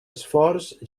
esforç